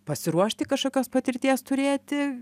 pasiruošti kažkokios patirties turėti